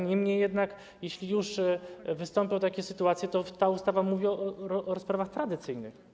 Niemniej jednak, jeśli już wystąpią takie sytuacje, to ustawa mówi o rozprawach tradycyjnych.